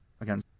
Again